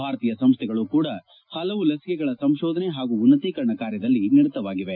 ಭಾರತೀಯ ಸಂಸ್ಥೆಗಳು ಕೂಡ ಪಲವು ಲಸಿಕೆಗಳ ಸಂಶೋದನೆ ಹಾಗೂ ಉನ್ನತೀಕರಣ ಕಾರ್ಯದಲ್ಲಿ ನಿರತವಾಗಿವೆ